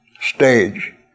stage